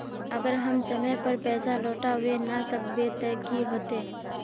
अगर हम समय पर पैसा लौटावे ना सकबे ते की होते?